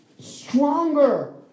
stronger